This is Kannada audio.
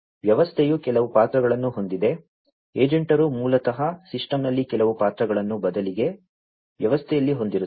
ವ್ಯವಸ್ಥೆಯು ಕೆಲವು ಪಾತ್ರಗಳನ್ನು ಹೊಂದಿದೆ ಏಜೆಂಟರು ಮೂಲತಃ ಸಿಸ್ಟಮ್ನಲ್ಲಿ ಕೆಲವು ಪಾತ್ರಗಳನ್ನು ಬದಲಿಗೆ ವ್ಯವಸ್ಥೆಯಲ್ಲಿ ಹೊಂದಿರುತ್ತಾರೆ